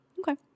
okay